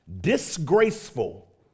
disgraceful